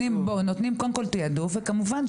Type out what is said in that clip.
נותנים תיעדוף, קודם כול נותנים תיעדוף.